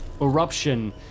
eruption